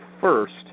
first